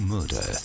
Murder